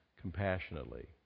compassionately